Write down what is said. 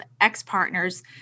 ex-partners